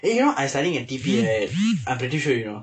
eh you know I studying at T_P right I'm pretty sure you know